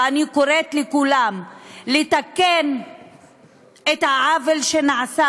ואני קוראת לכולם לתקן את העוול שנעשה